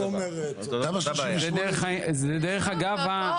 דרך אגב,